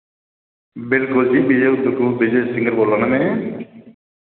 बिलकुल जी बिजय बिजय सिंगर बोल्ला ना मैं